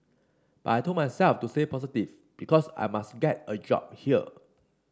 but I told myself to stay positive because I must get a job here